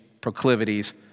proclivities